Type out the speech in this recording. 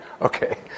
Okay